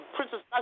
Princess